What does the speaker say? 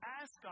ask